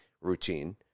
routine